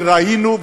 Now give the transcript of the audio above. וראינו,